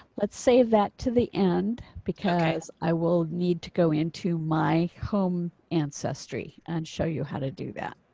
let's save that to the end because i will need to go into my home ancestry and show you how to do that.